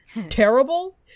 terrible